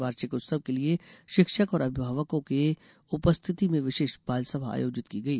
वार्षिक उत्सव के लिये शिक्षक और अभिभावकों के उपस्थिति में विशेष बालसभा आयोजित की गई